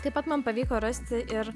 taip pat man pavyko rasti ir